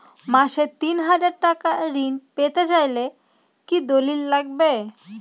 মাসে তিন হাজার টাকা ঋণ পেতে চাইলে কি দলিল লাগবে?